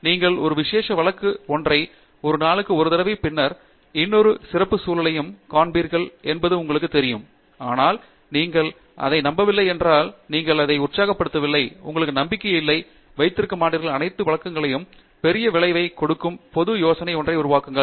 நீங்கள் ஒரு விசேஷ வழக்கு ஒன்றை ஒரு நாளுக்கு ஒரு தடவையும் பின்னர் இன்னொரு சிறப்புச் சூழலையும் காண்பிப்பீர்கள் என்பது உங்களுக்குத் தெரியும் ஆனால் நீங்கள் அதை நம்பவில்லை என்றால் நீங்கள் அதை உற்சாகப்படுத்தவில்லை உங்களுக்கு நம்பிக்கை இல்லை வைத்திருக்க மாட்டீர்கள் அனைத்து வழக்குகளையும் களைத்து பெரிய விளைவைக் கொடுக்கும் பொது யோசனை ஒன்றை உருவாக்குங்கள்